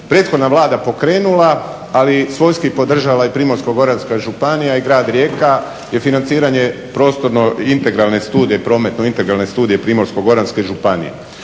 prethodna Vlada pokrenula, ali svojski podržala i Primorsko-goranska županija i Grad Rijeka, je financiranje prostorno integralne studije, prometno integralne